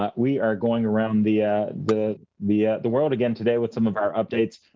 ah we are going around the ah the the ah the world again today with some of our updates,